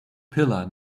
pillar